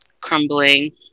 crumbling